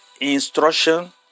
instruction